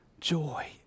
Joy